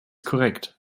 korrekt